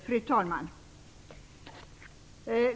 Fru talman!